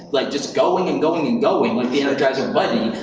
like just going and going and going like the energizer bunny.